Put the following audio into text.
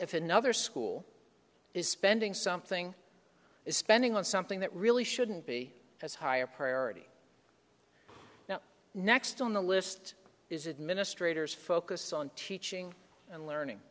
if another school is spending something is spending on something that really shouldn't be as high a priority now next on the list is administrators focus on teaching and learning